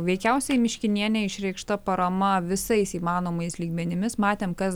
veikiausiai miškinienei išreikšta parama visais įmanomais lygmenimis matėm kas